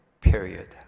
period